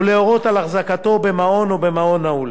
להורות על החזקתו במעון או במעון נעול.